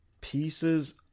Pieces